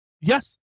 Yes